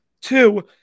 two